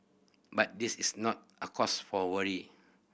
but this is not a cause for worry